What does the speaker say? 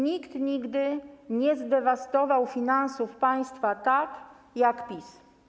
Nikt nigdy nie zdewastował finansów państwa tak jak PiS.